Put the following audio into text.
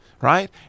Right